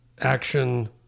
action